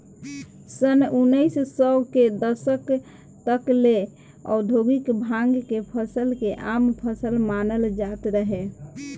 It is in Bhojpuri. सन उनऽइस सौ के दशक तक ले औधोगिक भांग के फसल के आम फसल मानल जात रहे